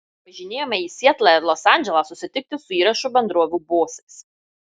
važinėjome į sietlą ir los andželą susitikti su įrašų bendrovių bosais